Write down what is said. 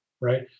right